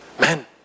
Men